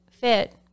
fit